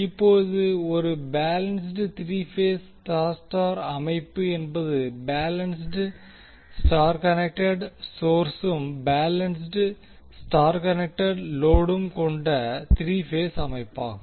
இப்போது ஒரு balanced 3 phase Y Y அமைப்பு என்பது பேலன்ஸ்ட் Y கனெக்ட்டெட் சொர்ஸும் பேலன்ஸ்ட் Y கனெக்ட்டெட் லோடும் கொண்ட 3 பேஸ் அமைப்பாகும்